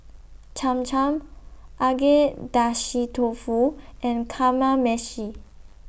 Cham Cham Agedashi Dofu and Kamameshi